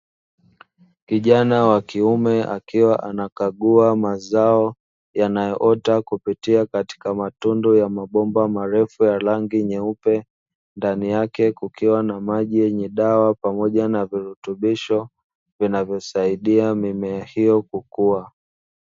Kijana wa kiume akiwa anakagua mazao yanayoota kupitia katika matundu ya mabomba marefu ya rangi nyeupe, ndani yake kukiwa na maji yenye dawa pamoja na virutubisho vinavyosaidia mimea hiyo kukua.